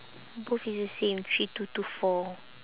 both is the same three two two four